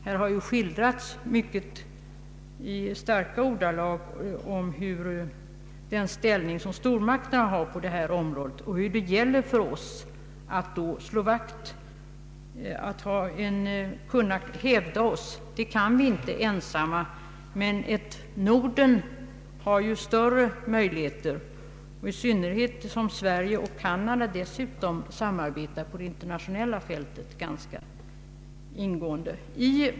Här har skildrats den starka ställning som stormakterna har inom detta område och hur det gäller för oss att kunna hävda oss. Det kan vi inte ensamma, men ett Norden har större möjligheter, i synnerhet som därtill Sverige och Canada samarbetar ganska ingående på det internationella fältet.